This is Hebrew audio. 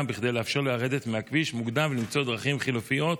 כדי לאפשר לרדת מהכביש מוקדם ולמצוא דרכים חלופיות?